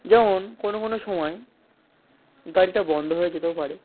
যেমন কোনো কোনো সময় গাড়িটা বন্ধ হয়ে যেতেও পারে